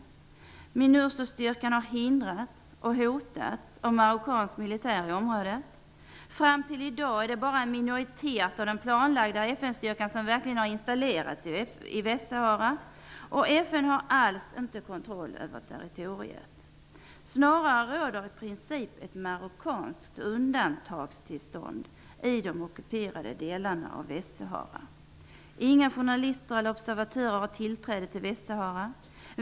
Minurso-styrkan har hindrats och hotats av marockansk militär i området. Fram till i dag är det bara en mindre del av den planlagda FN-styrkan som verkligen har installerats i Västsahara. FN har alls inte kontroll över territoriet. Snarare råder i princip ett marockanskt undantagstillstånd i de ockuperade delarna av Västsahara. Inga journalister eller observatörer har tillträde till Västsahara.